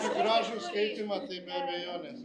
už gražų skaitymą tai be abejonės